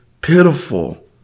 pitiful